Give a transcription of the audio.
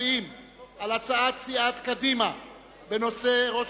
מצביעים על הצעת סיעת קדימה בנושא: ראש